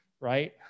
right